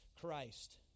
Christ